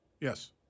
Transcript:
Yes